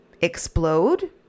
explode